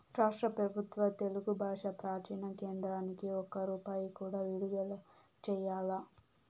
రాష్ట్ర పెబుత్వం తెలుగు బాషా ప్రాచీన కేంద్రానికి ఒక్క రూపాయి కూడా విడుదల చెయ్యలా